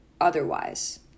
otherwise